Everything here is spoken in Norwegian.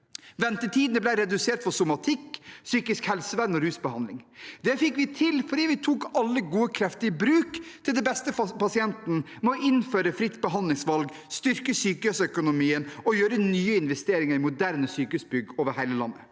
Ventetidene ble redusert for somatikk, psykisk helsevern og rusbehandling. Det fikk vi til fordi vi tok alle gode krefter i bruk til beste for pasienten, ved å innføre fritt behandlingsvalg, styrke sykehusøkonomien og gjøre nye investeringer i moderne sykehusbygg over hele landet.